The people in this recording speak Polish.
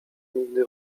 nigdy